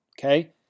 okay